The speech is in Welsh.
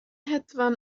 hedfan